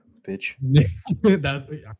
bitch